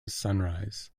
sunrise